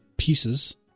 Pieces